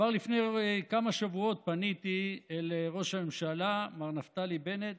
כבר לפני כמה שבועות פניתי אל ראש הממשלה מר נפתלי בנט